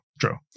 true